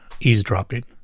eavesdropping